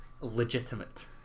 legitimate